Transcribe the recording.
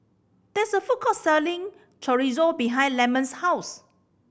there is a food court selling Chorizo behind Lemon's house